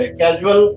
casual